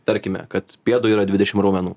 tarkime kad pėdoj yra dvidešim raumenų